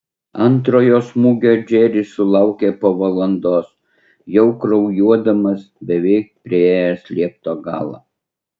antrojo smūgio džeris sulaukė po valandos jau kraujuodamas beveik priėjęs liepto galą